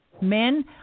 Men